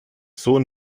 sohn